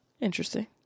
Interesting